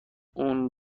اون